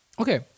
Okay